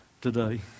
Today